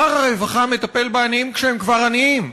שר הרווחה מטפל בעניים כשהם כבר עניים,